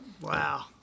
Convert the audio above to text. wow